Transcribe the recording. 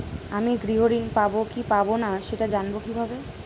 আমি গৃহ ঋণ পাবো কি পাবো না সেটা জানবো কিভাবে?